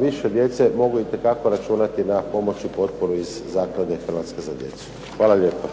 više djece mogu itekako računati na pomoć i potporu iz zaklade Hrvatska za djecu. Hvala lijepa.